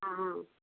आ हाँ